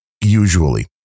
Usually